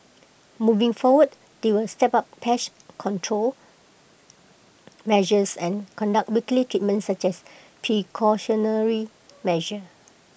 moving forward they will step up pest control measures and conduct weekly treatments as A precautionary measure